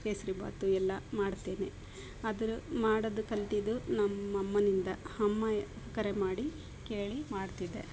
ಕೇಸರಿಬಾತು ಎಲ್ಲ ಮಾಡ್ತೇನೆ ಅದ್ರ ಮಾಡೋದು ಕಲಿತಿದ್ದು ನಮ್ಮ ಅಮ್ಮನಿಂದ ಅಮ್ಮ ಕರೆಮಾಡಿ ಕೇಳಿ ಮಾಡ್ತಿದ್ದೆ